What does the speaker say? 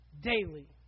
daily